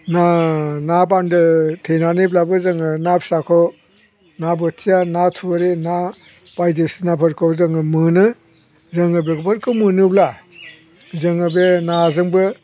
ना ना बान्दो थेनानैब्लाबो जोङो ना फिसाखौ ना बोथिया ना थुरि ना बायदिसिनाफोरखौ जोङो मोनो जोङो बेफोरखौ मोनोब्ला जोङो बे नाजोंबो